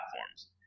platforms